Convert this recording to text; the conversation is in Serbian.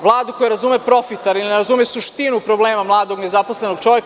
Vladu koja razume problem, ali ne razume suštinu problema mladog nezaposlenog čoveka.